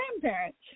grandparents